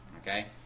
okay